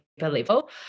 level